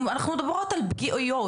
אנחנו מדברות על פגיעות